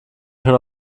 schon